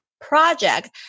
project